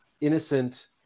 innocent